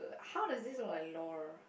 how does this look like lor